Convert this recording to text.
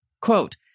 quote